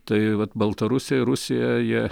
tai vat baltarusijoj ir rusijoj jie